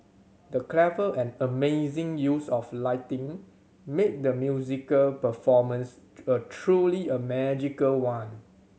the clever and amazing use of lighting made the musical performance a truly a magical one